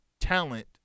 talent